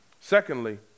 Secondly